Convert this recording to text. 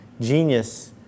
Genius